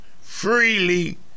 freely